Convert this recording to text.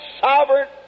sovereign